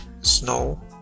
snow